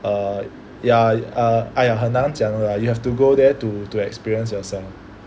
err ya uh !aiya! 很难讲的 lah you have to go there to to experience yourself